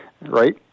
right